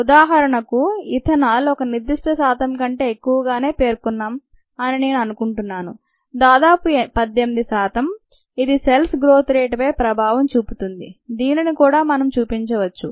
ఉదాహరణకు ఇథనాల్ ఒక నిర్దిష్ట శాతం కంటే ఎక్కువగానే పేర్కొన్నాము అని నేను అనుకుంటున్నాను దాదాపు 18 శాతం ఇదిసెల్స్ గ్రోత్ రేట్ పై ప్రభావం చూపుతుంది దీనిని కూడా మనం చూపించవచ్చు